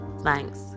thanks